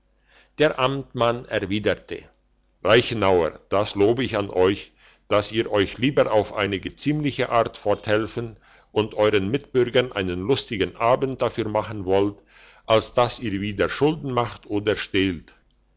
der amtmann erwiderte reichenauer das lob ich an euch dass ihr euch lieber auf eine geziemliche art forthelfen und euern mitbürgern einen lustigen abend dafür machen wollt als dass ihr wieder schulden macht oder stehlt